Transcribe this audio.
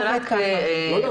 לא.